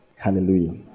Hallelujah